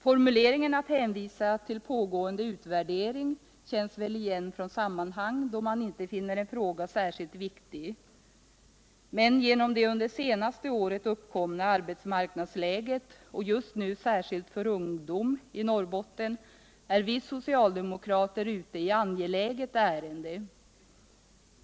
Formuleringen att hänvisa till pågående utvärdering känns väl igen från sammanhang då man inte finner en fråga särskilt viktig. Men genom det under det senaste året uppkomna arbetsmarknadsläget, just nu särskilt beträffande ungdom, i Norrbotten är vi socialdemokrater ute i ett angeläget ärende.